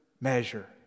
measure